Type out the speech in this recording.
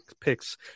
picks